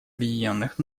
объединенных